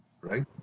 right